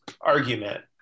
argument